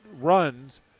runs